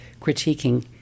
critiquing